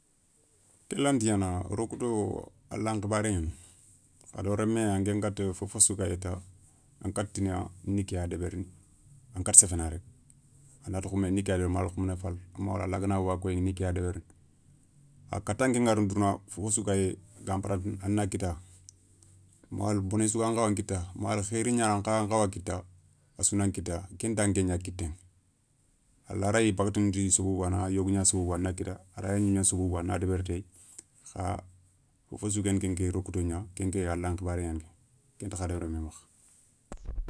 Ké lanta gnana rokouto allah nkhibaré gnani hadama remme anga nkata fofo sou gayé ta ankatatina ni ké ya débérini an kata séféna rek, a na ti khunbané ni ké ya débérini ma wala khunbané falé, a nti allah gana waga koyiηa ni kéya débérini, kha kata anké ga rini douna fofo sou gayé gan patanta a na kita, mawala bonné sou gan khawa nkita mawala khéri gna gan khawa nkitta a souna nkitta kenta kégna kitté, allah rayi bagandini ti sobobou ana yogo gna sobobou a na kita a raya gnimé gna sobobou a na débéri téye kha fofo sou ggueni rokouto gna kenke allah xibaare gnani kenta hadama remme makha.